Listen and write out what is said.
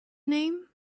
name